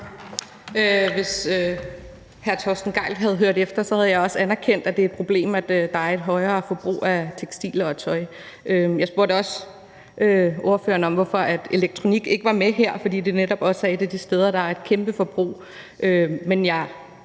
Hvis hr. Torsten Gejl havde hørt efter, havde han hørt, at jeg også har anerkendt, at det er et problem, at der er et større forbrug af tekstiler og tøj. Jeg spurgte også ordføreren om, hvorfor elektronik ikke er med her, fordi det netop også er et af de steder, hvor der er et kæmpe forbrug.